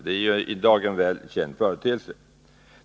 Det är en i dag väl känd företeelse.